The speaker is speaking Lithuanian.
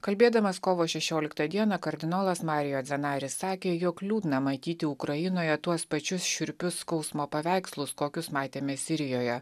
kalbėdamas kovo šešioliktą dieną kardinolas mario dzenari sakė jog liūdna matyti ukrainoje tuos pačius šiurpius skausmo paveikslus kokius matėme sirijoje